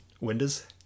Windows